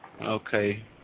okay